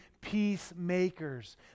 peacemakers